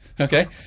okay